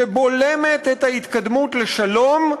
שבולמת את ההתקדמות לשלום,